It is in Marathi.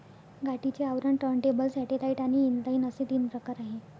गाठीचे आवरण, टर्नटेबल, सॅटेलाइट आणि इनलाइन असे तीन प्रकार आहे